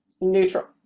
neutral